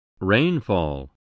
Rainfall